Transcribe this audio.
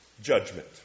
judgment